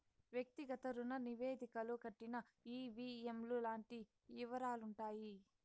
వ్యక్తిగత రుణ నివేదికలో కట్టిన ఈ.వీ.ఎం లు లాంటి యివరాలుంటాయి